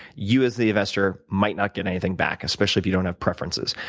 you as the investor might not get anything back, especially if you don't have preferences,